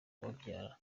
ubabyara